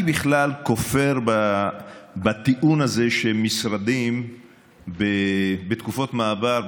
אני בכלל כופר בטיעון הזה שמשרדים בתקופות מעבר,